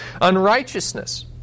unrighteousness